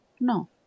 No